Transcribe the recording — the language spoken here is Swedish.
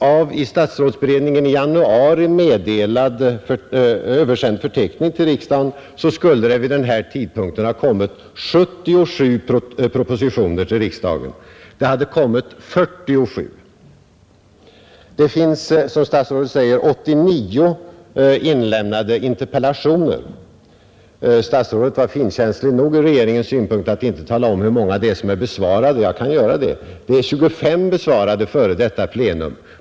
Enligt av statsrådsberedningen i januari översänd förteckning till riksdagen skulle det vid den tidpunkt jag här talar om ha kommit 77 propositioner till riksdagen; det kom 47. Som statsrådet säger finns det 89 interpellationer framställda. Statsrådet var finkänslig nog — ur regeringens synpunkt — att inte tala om hur många av dem som är besvarade. Jag kan göra det. Det är 25 interpellationer besvarade före detta plenum.